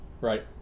Right